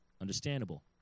understandable